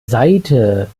seite